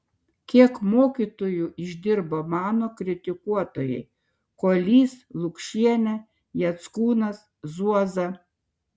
kiek mokytoju išdirbo mano kritikuotojai kuolys lukšienė jackūnas zuoza